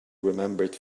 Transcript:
remembered